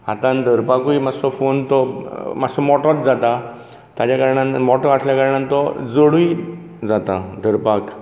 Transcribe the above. हातान धरपाकूय मात्सो फोन तो मात्सो मोठोच जाता ताज्या कारणान मोठो आसल्या कारणान तो जडूय जाता धरपाक